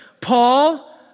Paul